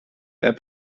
app